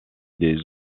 des